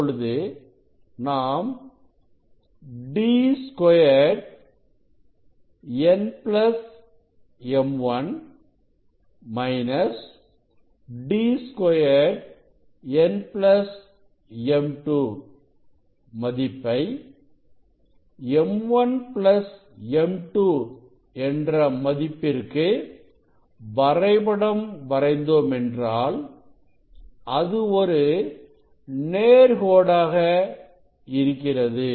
இப்பொழுது நாம்D2nm1 - D2nm2 மதிப்பைm1 m2 என்ற மதிப்பிற்கு வரைபடம் வரைந்து மென்றால் அது ஒரு நேர்கோடாக இருக்கிறது